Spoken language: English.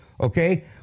okay